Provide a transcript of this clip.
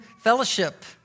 fellowship